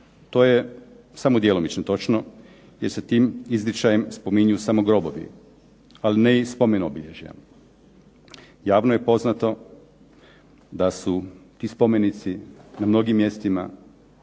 To je samo djelomično točno jer se tim izričajem spominju samo grobovi, ali ne i spomen obilježja. Javno je poznato da su ti spomenici na mnogim mjestima